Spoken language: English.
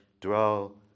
dwell